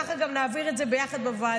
ככה גם נעביר את זה יחד בוועדה,